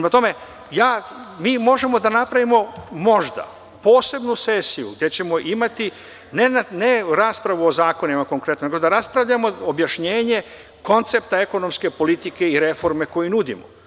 Mi možemo da napravimo, možda, posebnu sesiju, gde ćemo imati ne raspravu o zakonima, nego da raspravljamo objašnjenje koncepta ekonomske politike i reforme koju nudimo.